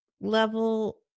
level